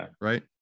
Right